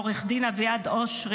לעו"ד אביעד אושרי,